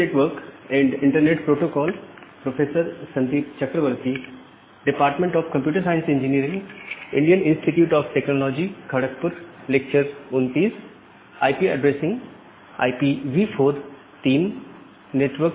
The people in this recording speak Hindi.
नमस्कार